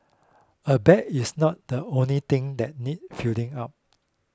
a bag is not the only thing that needs filling up